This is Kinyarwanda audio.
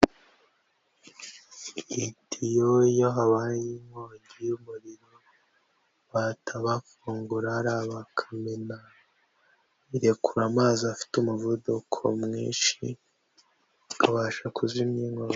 Itiyo iyo habaye inkongi y'umuriro bahita bafungura hariya bakamena, irekura amazi afite umuvuduko mwinshi, akabasha kuzimya inkongi.